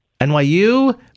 NYU